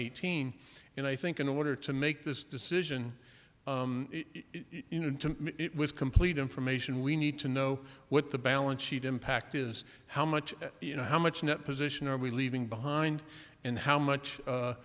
eighteen and i think in order to make this decision you know it was complete information we need to know what the balance sheet impact is how much you know how much net position are we leaving behind and how much